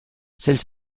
celle